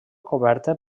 coberta